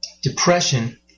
depression